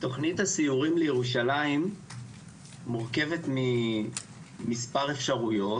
תכנית הסיורים לירושלים מורכבת ממספר אפשרויות,